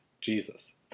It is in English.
Jesus